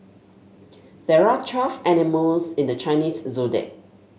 there are twelve animals in the Chinese Zodiac